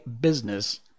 business